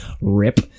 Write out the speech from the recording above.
Rip